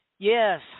Yes